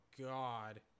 god